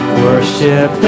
worship